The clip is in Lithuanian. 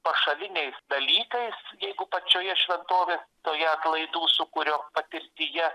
pašaliniais dalykais jeigu pačioje šventovė toje atlaidų sūkurio patirtyje